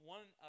One